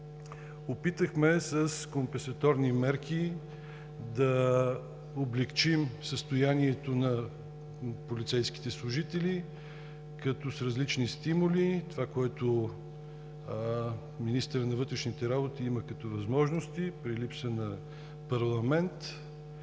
Опитахме с компенсаторни мерки да облекчим състоянието на полицейските служители, като с различни стимули – това, което министърът на вътрешните работи има като възможности при липса на парламент,